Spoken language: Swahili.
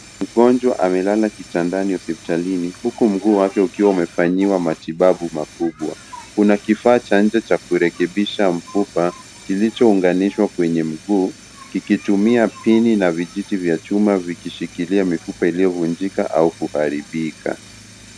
Mgonjwa amelala kitandani hospitalini huku mguu wake ukiwa umefanyiwa matibabu makubwa. Kuna kifaa cha nje cha kurekebisha mfupa kilichounganishawa kwenye mguu ikitumia pini na vijiti vya chuma vikishikilia mifupa iliyovujika au kuharibika.